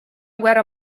guerra